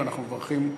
ואנחנו מברכים אתכם: